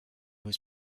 was